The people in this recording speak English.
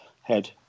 head